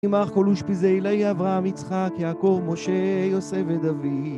אמר כל אושפיזי אלי אברהם יצחק יעקב משה יוסף ודוד